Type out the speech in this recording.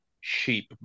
sheep